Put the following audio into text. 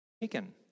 taken